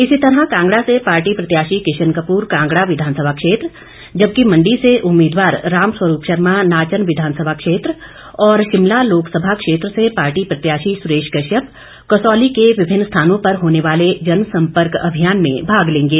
इसी तरह कांगड़ा से पार्टी प्रत्याशी किशन कपूर कांगड़ा विधानसभा क्षेत्र जबकि मंडी से उम्मीदवार रामस्वरूप शर्मा नाचन विधानसभा क्षेत्र और शिमला लोकसभा क्षेत्र से पार्टी प्रत्याशी सुरेश कश्यप कसौली के विभिन्न स्थानों पर होने वाले जनसंपर्क अभियान में भाग लेंगे